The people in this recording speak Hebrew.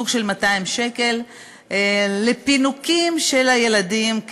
כ-200 שקל על פינוקים לילדים,